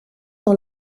dans